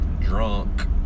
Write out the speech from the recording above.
drunk